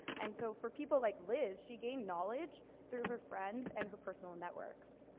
and so for people like liz, she gained knowledge through her friends and her personal networks.